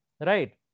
right